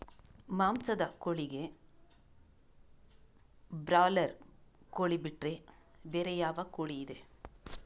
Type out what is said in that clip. ಮಾಂಸದ ಕೋಳಿಗೆ ಬ್ರಾಲರ್ ಕೋಳಿ ಬಿಟ್ರೆ ಬೇರೆ ಯಾವ ಕೋಳಿಯಿದೆ?